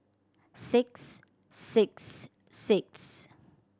six six six